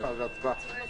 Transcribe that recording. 14:07.